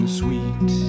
sweet